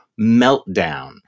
meltdown